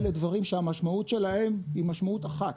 אלה דברים שהמשמעות שלהם היא משמעות אחת: